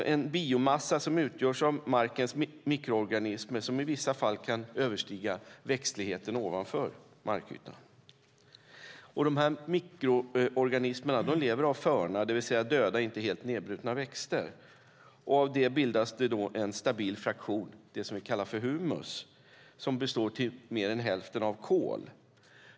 Den biomassa som utgörs av markens mikroorganismer kan i vissa fall överstiga växtligheten ovanför markytan. Dessa mikroorganismer lever av förna, det vill säga döda men inte helt nedbrutna växtdelar. Av detta bildas en stabil fraktion, humus, som består till mer än hälften av kol.